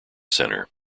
center